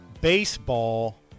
baseball